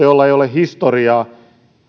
jolla ei ole historiaa